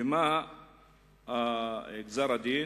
ומה גזר-הדין?